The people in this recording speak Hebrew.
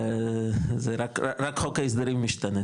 זה רק חוק ההסדרים משתנה,